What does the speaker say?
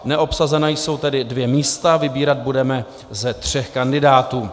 Neobsazena jsou tedy dvě místa, vybírat budeme ze tří kandidátů.